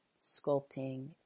sculpting